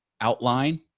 outline